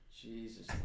Jesus